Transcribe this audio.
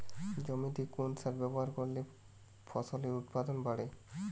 জমিতে কোন সার ব্যবহার করলে ফসলের উৎপাদন বাড়ে?